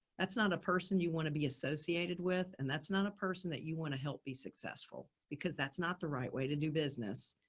that's not a person you want to be associated with and that's not a person that you want to help be successful because that's not the right way to do business.